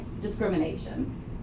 discrimination